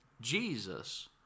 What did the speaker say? Jesus